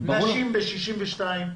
נשים בגיל 62,